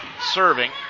serving